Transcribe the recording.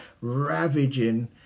ravaging